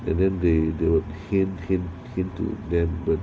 and then they they would hin him into them